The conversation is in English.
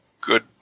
Good